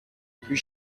plus